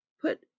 put